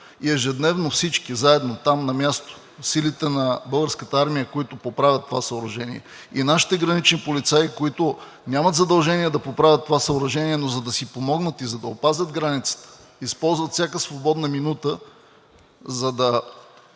и ежедневно всички заедно там на място – силите на Българската армия, които поправят това съоръжение, и нашите гранични полицаи, които нямат задължение да поправят това съоръжение, но за да си помогнат и за да опазят границата, използват всяка свободна минута, за да